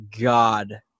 God